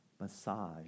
massage